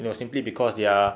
you know simply cause they are